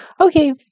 Okay